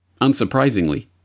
Unsurprisingly